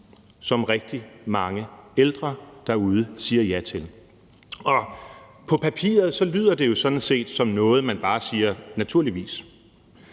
som rigtig mange ældre derude siger ja til. På papiret lyder det jo sådan set som noget, som man bare siger »naturligvis«